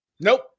Nope